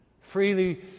Freely